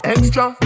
Extra